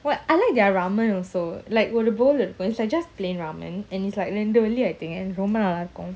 but I like their ramen also like it's like just plain ramen and it's like I think and ரொம்பநல்லாஇருக்கும்:romba nalla irukum